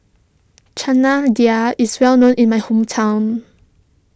Chana Dal is well known in my hometown